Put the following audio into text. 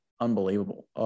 Unbelievable